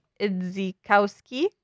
Idzikowski